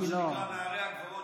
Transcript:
ואם זה היה נערי הגבעות,